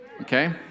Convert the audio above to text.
Okay